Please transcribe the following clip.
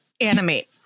animate